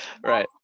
Right